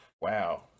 Wow